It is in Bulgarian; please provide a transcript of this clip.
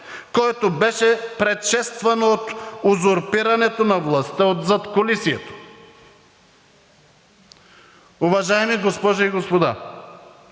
което беше предшествано от узурпирането на властта от задкулисието. Уважаеми госпожи и господа,